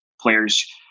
players